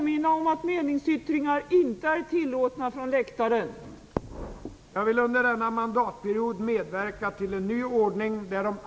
Fru talman!